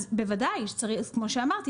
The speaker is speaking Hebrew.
אז בוודאי כמו שאמרתי,